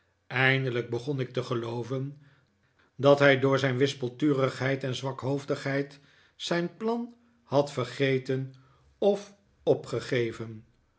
eindelijk begon ik te gelooven dat hij door zijn wispelturigheid en zwakhoofdigheid zijn plan had vergeten of opgegeven